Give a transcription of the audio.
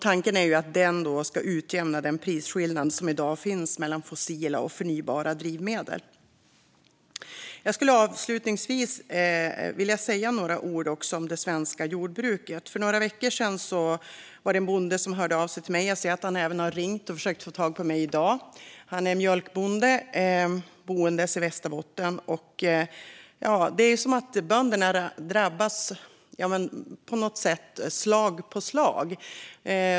Tanken är att den ska utjämna den prisskillnad som i dag finns mellan fossila och förnybara drivmedel. Jag skulle också vilja säga några ord om det svenska jordbruket. För några veckor sedan var det en bonde som hörde av sig till mig. Jag ser att han även har ringt och försökt få tag på mig i dag. Han är mjölkbonde boende i Västerbotten. Det är som att bönderna på något sätt drabbas av slag på slag.